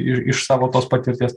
ir iš savo tos patirties